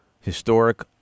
historic